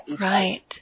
Right